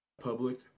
public